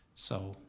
so,